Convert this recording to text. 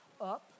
up